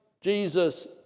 Jesus